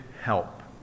help